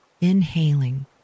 inhaling